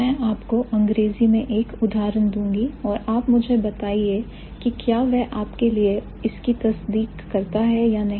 मैं आपको अंग्रेजी में एक उदाहरण दूंगी और आप मुझे बताइए कि क्या वह आपके लिए इसकी तस्दीक करता है या नहीं